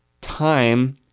time